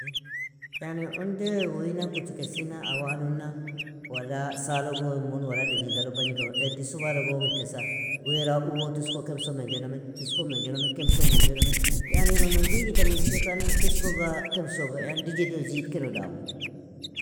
Yani unde uinan kuchikesina, awanuna, wala salogo immun, wala dagigalo, bagniko edin subalogo omikasa, weara, uwo, tusko, kemso, menjo namen, tusko menjo namen, kemso menjo namen, yani ironon digita manjis ikani, tuskoga, kemsoga, yani dijido zidkeno damu.